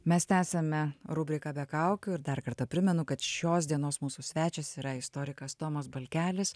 mes tęsiame rubriką be kaukių ir dar kartą primenu kad šios dienos mūsų svečias yra istorikas tomas balkelis